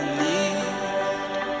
need